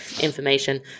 information